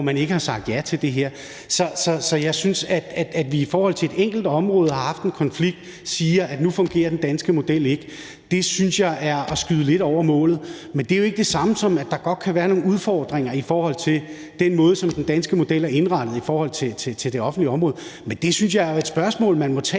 man ikke har sagt ja til det her. Så jeg synes, at det, at man, i forhold til at vi på et enkelt område har haft en konflikt, siger, at nu fungerer den danske model ikke, er at skyde lidt over målet. Men det er jo ikke det samme, som at der ikke godt kan være nogle udfordringer med den måde, den danske model er indrettet på i forhold til det offentlige område. Men det synes jeg jo er et spørgsmål, man må tage